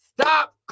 stop